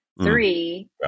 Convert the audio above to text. Three